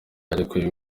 yaherukaga